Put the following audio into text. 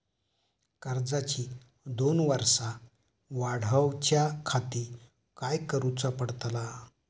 कर्जाची दोन वर्सा वाढवच्याखाती काय करुचा पडताला?